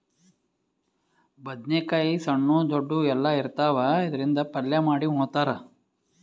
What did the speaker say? ಬದ್ನೇಕಾಯಿ ಸಣ್ಣು ದೊಡ್ದು ಎಲ್ಲಾ ರೀತಿ ಇರ್ತಾವ್, ಇದ್ರಿಂದ್ ಪಲ್ಯ ಮಾಡಿ ಉಣ್ತಾರ್